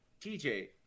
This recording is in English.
TJ